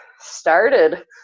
started